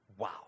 wow